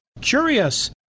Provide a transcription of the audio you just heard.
curious